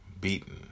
beaten